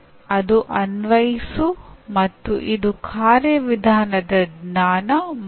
ಆದ್ದರಿಂದ ವಿದ್ಯಾರ್ಥಿಗಳನ್ನು ಗುಂಪುಗಳಾಗಿ ಸೇರಿಸುವುದು ಯಾವಾಗ ಪ್ರಯೋಜನಕಾರಿ ಎಂದು ಬೋಧಕ ನಿರ್ಧರಿಸಬೇಕು